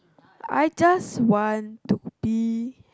I just want to be